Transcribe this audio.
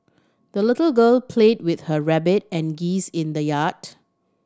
the little girl played with her rabbit and geese in the yard